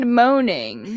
moaning